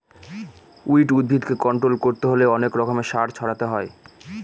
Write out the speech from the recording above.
weed উদ্ভিদকে control করতে হলে অনেক রকমের সার ছড়াতে হয়